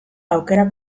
aukera